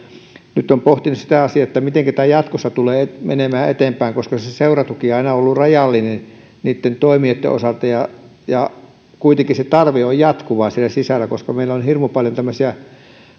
nyt olen pohtinut sitä asiaa että mitenkä tämä jatkossa tulee menemään eteenpäin koska se seuratuki on aina ollut rajallinen niitten toimijoitten osalta ja ja kuitenkin se tarve on jatkuva siellä sisällä koska meillä on hirmu paljon